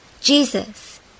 Jesus